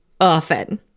often